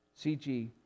CG